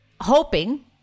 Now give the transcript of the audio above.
hoping